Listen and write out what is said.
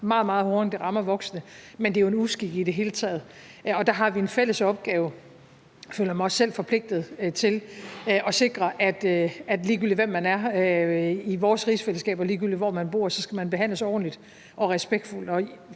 meget, meget hårdere, end det rammer voksne, men det er jo en uskik i det hele taget, og der har vi en fælles opgave. Jeg føler mig også selv forpligtet til at sikre, at ligegyldigt hvem man er i vores rigsfællesskab, og ligegyldigt hvor man bor, så skal man behandles ordentligt og respektfuldt.